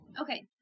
okay